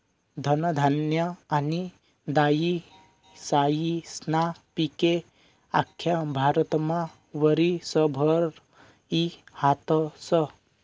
धनधान्य आनी दायीसायीस्ना पिके आख्खा भारतमा वरीसभर ई हातस